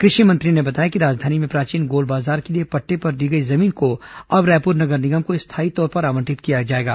कृषि मंत्री ने बताया कि राजधानी में प्राचीन गोल बाजार के लिए पट्टे पर दी गई जमीन को अब रायपुर नगर निगम को स्थायी तौर पर आवंटित किया जाएगा